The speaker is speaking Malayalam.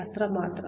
അത്രമാത്രം